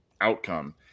outcome